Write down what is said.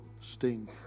sting